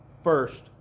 first